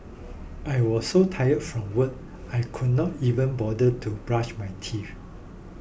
I was so tire from work I could not even bother to brush my teeth